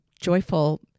joyful